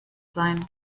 sein